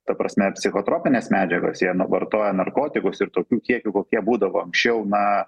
ta prasme psichotropines medžiagas jie na vartoja narkotikus ir tokių kiekių kokie būdavo anksčiau na